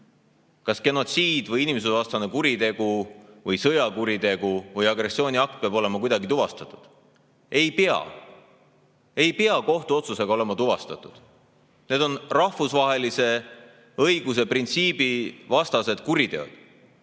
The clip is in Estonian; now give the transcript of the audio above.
Kas genotsiid, inimsusevastane kuritegu, sõjakuritegu või agressiooniakt peab olema kuidagi tuvastatud? Ei pea. Ei pea kohtu otsusega olema tuvastatud. Need on rahvusvahelise õiguse printsiibi vastased kuriteod.